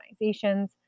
organizations